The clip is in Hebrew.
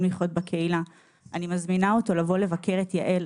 לחיות בקהילה אני מזמינה אותו לבוא לבקר את יעל ,